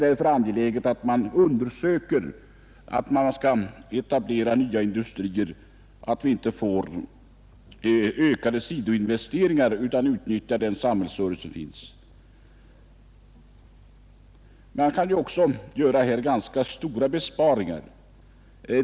När man skall etablera nya industrier är det därför angeläget att man undersöker, att vi inte får ökade sidoinvesteringar utan utnyttjar den samhällsservice som finns. Man kan också göra andra stora besparingar.